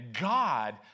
God